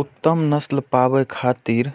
उत्तम नस्ल पाबै खातिर